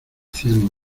hacían